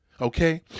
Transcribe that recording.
Okay